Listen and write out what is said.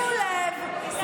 את מי אתה תוציא?